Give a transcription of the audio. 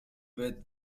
wet